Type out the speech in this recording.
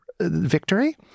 victory